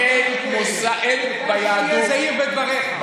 אין ביהדות, תהיה זהיר בדבריך.